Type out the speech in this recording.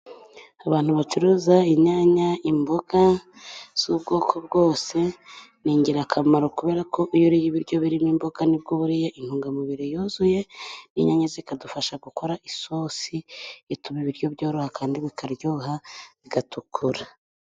Abantu bacuruza inyanya imboga z'ubwoko bwose ni ingirakamaro kubera ko iyo uriye ibiryo birimo imboga nibwo uba uriye intungamubiri yuzuye, n'inyanya zikadufasha gukora isosi ituma ibiryo byoroha kandi bikaryoha bigatukura.